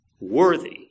Worthy